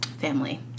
family